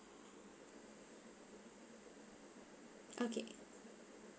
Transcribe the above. okay